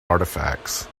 artifacts